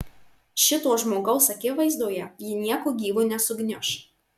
šito žmogaus akivaizdoje ji nieku gyvu nesugniuš